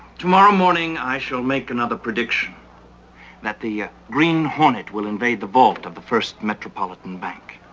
tomorrow morning i shall make another prediction that the green hornet will invade the vault of the first metropolitan bank.